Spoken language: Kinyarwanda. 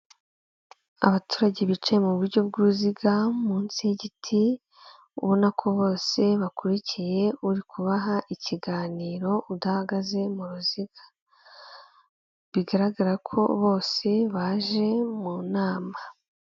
Abaturage bicaye mu buryo bw' uruziga munsi y'igiti ubona ko bose bakurikiye uri kubaha ikiganiro udahagaze mu ruziga, bigaragara ko bose baje mu nama.